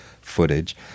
footage